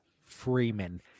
Freeman